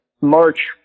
March